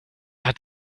hat